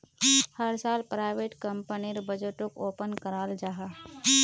हर साल प्राइवेट कंपनीर बजटोक ओपन कराल जाहा